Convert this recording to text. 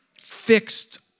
fixed